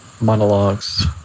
Monologues